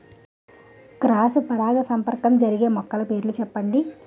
Cross పరాగసంపర్కం జరిగే మొక్కల పేర్లు చెప్పండి?